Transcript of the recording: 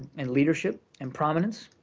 and leadership and prominence.